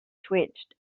twitched